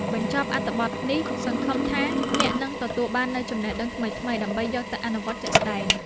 បញ្ចប់អត្ថបទនេះសង្ឃឹមថាអ្នកនឹងទទួលបាននូវចំណេះដឹងថ្មីៗដើម្បីយកទៅអនុវត្តជាក់ស្ដែង។